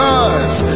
Cause